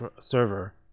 server